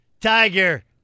Tiger